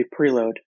preload